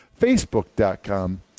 facebook.com